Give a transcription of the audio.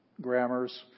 grammars